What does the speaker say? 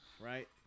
Right